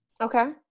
Okay